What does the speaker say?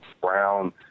brown